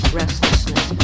restlessness